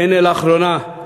והנה לאחרונה,